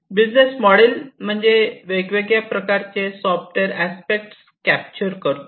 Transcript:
business model वेगवेगळ्या प्रकारचे aspect capture करतो